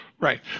Right